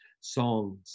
songs